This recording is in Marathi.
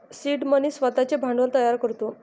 सीड मनी स्वतःचे भांडवल तयार करतो